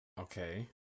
Okay